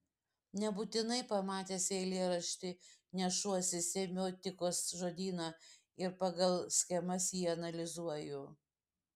nebūtinai pamatęs eilėraštį nešuosi semiotikos žodyną ir pagal schemas jį analizuoju